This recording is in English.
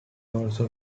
also